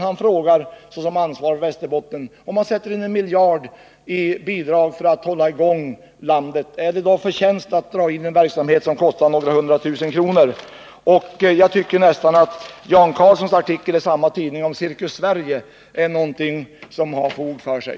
Han frågar de ansvariga i Västerbotten: Men om man sätter in en miljard i bidrag till att hålla i gång landet, är det då någon förtjänst med att dra in en verksamhet som kostar bara några hundratusen kronor? Jag tycker att Jan Carlzons artikel i samma tidning om Cirkus Sverige är någonting som har fog för sig.